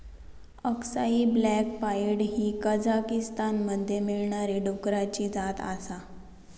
अक्साई black pied ही कझाकीस्तानमध्ये मिळणारी डुकराची जात आसा